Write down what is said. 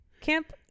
Camp